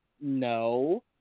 No